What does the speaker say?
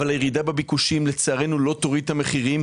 אבל הירידה בביקושים לצערנו לא תוריד את המחירים,